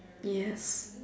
yes